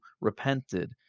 repented